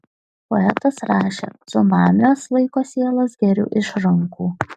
poetas rašė cunamiuos laiko sielas geriu iš rankų